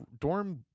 dorm